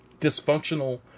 dysfunctional